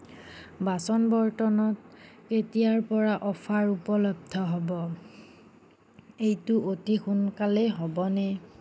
বাচন বৰ্তনত কেতিয়াৰ পৰা অফাৰ উপলব্ধ হ'ব এইটো অতি সোনকালেই হ'বনে